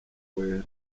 wera